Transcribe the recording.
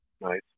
Nice